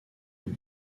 une